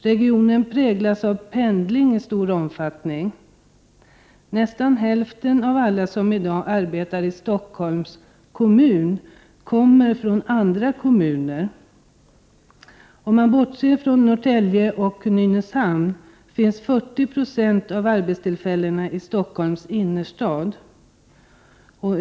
Regionen präglas av pendling i stor omfattning. Nästan hälften av alla som i dag arbetar i Stockholms kommun kommer från andra kommuner. Bortsett från Norrtälje och Nynäshamn finns 40 96 av arbetstillfällena i Stockholms innerstad.